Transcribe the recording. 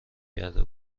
کرده